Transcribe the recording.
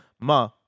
Ma